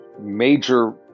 major